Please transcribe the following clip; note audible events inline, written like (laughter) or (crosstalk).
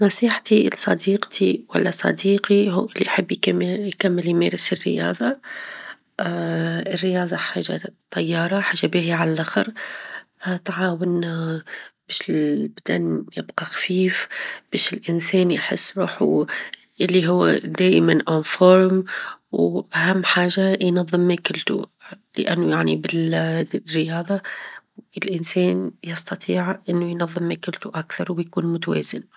نصيحتي لصديقتي، ولا صديقي هو اللي يحب -يكمل- يكمل يمارس الرياظة، (hesitation) الرياظة حاجة طيارة، حاجة باهية على اللخر، تعاونا باش البدن يبقى خفيف، باش الإنسان يحس روحه اللي هو دائمًا نموذجى، (hesitation) وأهم حاجة ينظم ماكلته؛ لإنه يعني -بال- بالرياظة الإنسان يستطيع إنه ينظم ماكلته أكثر، وبيكون متوازن.